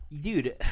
Dude